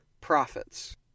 profits